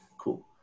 cool